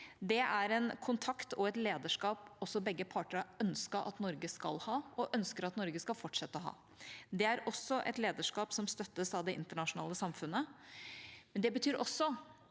Det er en kontakt og et lederskap begge parter har ønsket at Norge skal ha, og ønsker at Norge skal fortsette å ha. Det er også et lederskap som støttes av det internasjonale samfunnet.